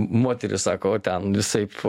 moteris sako ten visaip